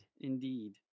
indeed